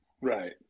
Right